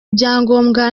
ibyangombwa